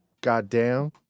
goddamn